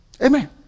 Amen